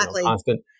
constant